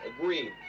agreed